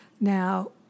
Now